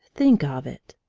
think of it!